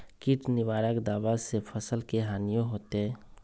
किट निवारक दावा से फसल के हानियों होतै?